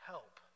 Help